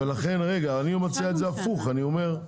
ולכן אני מוצא את זה הפוך אני אומר,